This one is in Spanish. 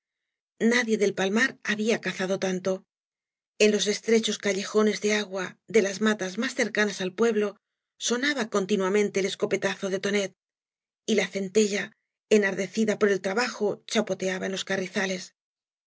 nadie del palmar había cazado tanto en los estrechos callejones de agua de las matas más cercanas al pueblo sonaba continuamente el escopetazo de tonet y la centella enardecida por el trabajo chapoteaba en los carrizales el